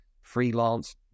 freelance